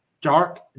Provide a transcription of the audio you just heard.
dark